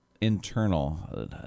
internal